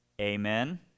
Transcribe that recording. Amen